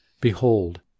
Behold